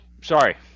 sorry